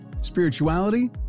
spirituality